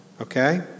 Okay